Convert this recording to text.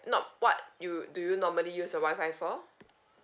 not what you do you normally use your Wi-Fi for